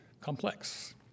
complex